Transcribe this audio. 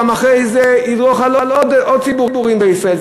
אחרי זה גם ידרוך על עוד ציבורים בישראל.